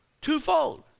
Twofold